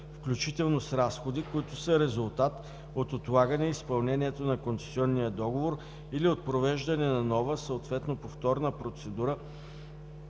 включително с разходи, които са резултат от отлагане изпълнението на концесионния договор или от провеждане на нова, съответно повторна процедура